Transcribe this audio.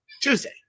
Tuesday